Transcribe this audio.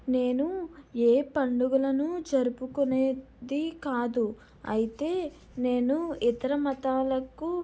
నేను ఏ పండుగలను జరుపుకునేది కాదు అయితే నేను ఇతర మతాలకు